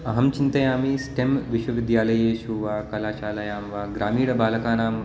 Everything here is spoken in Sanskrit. अहं चिन्तयामि स्टें विश्वविद्यालयेषु वा कलाशालायां वा ग्रामीण बालकानाम्